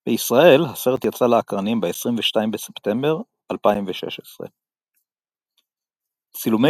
בישראל הסרט יצא לאקרנים ב-22 בספטמבר 2016. צילומי